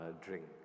drink